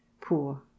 Poor